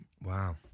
Wow